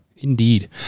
Indeed